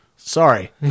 Sorry